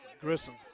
Grissom